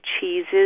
cheeses